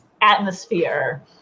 atmosphere